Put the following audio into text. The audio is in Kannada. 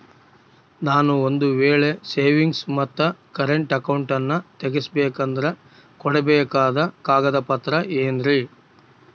ನಾನು ಒಂದು ವೇಳೆ ಸೇವಿಂಗ್ಸ್ ಮತ್ತ ಕರೆಂಟ್ ಅಕೌಂಟನ್ನ ತೆಗಿಸಬೇಕಂದರ ಕೊಡಬೇಕಾದ ಕಾಗದ ಪತ್ರ ಏನ್ರಿ?